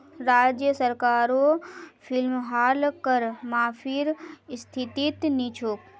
राज्य सरकारो फिलहाल कर माफीर स्थितित नी छोक